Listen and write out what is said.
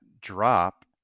drop